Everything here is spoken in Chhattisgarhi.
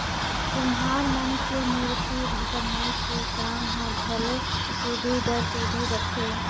कुम्हार मन के मूरती बनई के काम हर घलो पीढ़ी दर पीढ़ी रहथे